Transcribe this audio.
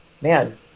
Man